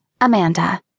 Amanda